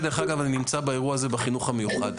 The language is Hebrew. דרך אגב, אני נמצא באירוע הזה בחינוך המיוחד.